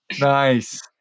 Nice